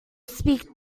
speak